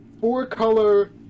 four-color